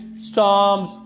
storms